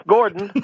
Gordon